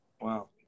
Wow